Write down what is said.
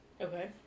Okay